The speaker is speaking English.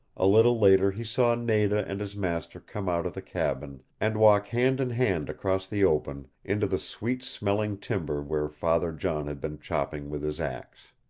a little later he saw nada and his master come out of the cabin, and walk hand in hand across the open into the sweet-smelling timber where father john had been chopping with his axe.